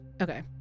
Okay